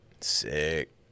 Sick